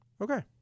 Okay